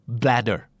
bladder